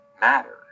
matter